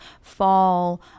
fall